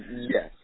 Yes